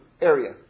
area